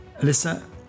Alyssa